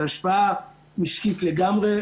זו השפעה משקית לגמרי,